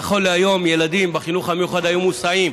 נכון להיום ילדים בחינוך המיוחד מוסעים